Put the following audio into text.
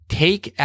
take